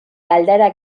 galdara